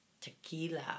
Tequila